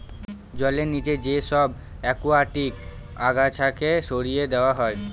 জলের নিচে যে সব একুয়াটিক আগাছাকে সরিয়ে দেওয়া হয়